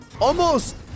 almost-